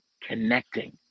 connecting